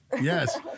Yes